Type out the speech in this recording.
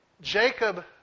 Jacob